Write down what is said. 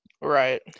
Right